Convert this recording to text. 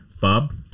Bob